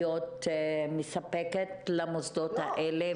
לספק את הדברים האלה לכולם.